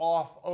off